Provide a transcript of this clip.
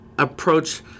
approach